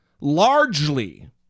largely